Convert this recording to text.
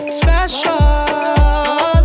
special